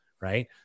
right